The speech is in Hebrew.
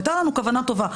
הייתה לנו כוונה טובה,